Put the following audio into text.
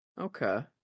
Okay